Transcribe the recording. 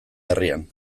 herrian